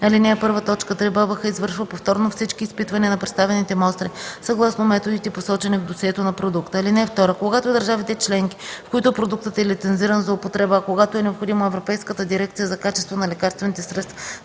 ал. 1, т. 3 БАБХ извършва повторно всички изпитвания на представените мостри съгласно методите, посочени в досието на продукта. (2) Когато държавите членки, в които продуктът е лицензиран за употреба, а когато е необходимо и Европейската дирекция за качество на лекарствените средства,